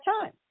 time